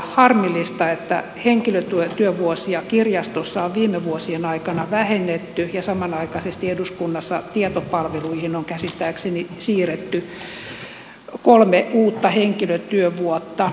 harmillista että henkilötyövuosia kirjastossa on viime vuosien aikana vähennetty ja samanaikaisesti eduskunnassa tietopalveluihin on käsittääkseni siirretty kolme uutta henkilötyövuotta